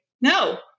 no